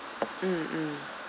mm mm